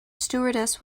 stewardess